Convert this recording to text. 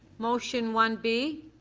motion one b.